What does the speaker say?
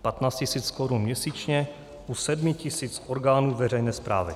15 tisíc korun měsíčně u sedmi tisíc orgánů veřejné správy.